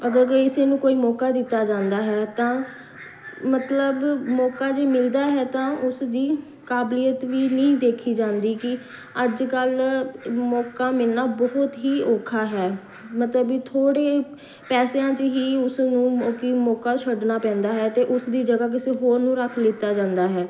ਅਗਰ ਕਿਸੇ ਨੂੰ ਕੋਈ ਮੌਕਾ ਦਿੱਤਾ ਜਾਂਦਾ ਹੈ ਤਾਂ ਮਤਲਬ ਮੌਕਾ ਜੇ ਮਿਲਦਾ ਹੈ ਤਾਂ ਉਸਦੀ ਕਾਬਲੀਅਤ ਵੀ ਨਹੀਂ ਦੇਖੀ ਜਾਂਦੀ ਕਿ ਅੱਜ ਕੱਲ੍ਹ ਮੌਕਾ ਮਿਲਣਾ ਬਹੁਤ ਹੀ ਔਖਾ ਹੈ ਮਤਲਬ ਵੀ ਥੋੜ੍ਹੇ ਪੈਸਿਆਂ 'ਚ ਹੀ ਉਸ ਨੂੰ ਕਿ ਮੌਕਾ ਛੱਡਣਾ ਪੈਂਦਾ ਹੈ ਅਤੇ ਉਸਦੀ ਜਗ੍ਹਾ ਕਿਸੇ ਹੋਰ ਨੂੰ ਰੱਖ ਲਿੱਤਾ ਜਾਂਦਾ ਹੈ